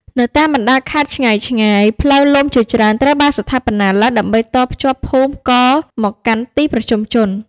នៅតាមបណ្តាខេត្តឆ្ងាយៗ ផ្លូវលំជាច្រើនត្រូវបានស្ថាបនាឡើងដើម្បីតភ្ជាប់ភូមិករមកកាន់ទីប្រជុំជន។